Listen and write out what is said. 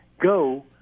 go